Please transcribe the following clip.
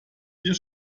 mir